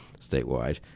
statewide